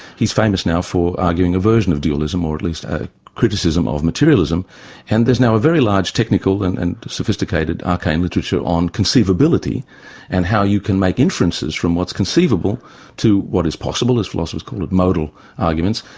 he's famous now for arguing a version of dualism, or at least a criticism of materialism and there's now a very large technical and sophisticated arcane literature on conceivability and how you can make inferences from what's conceivable to what is possible, as philosophers call it, modal arguments,